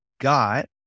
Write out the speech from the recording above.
got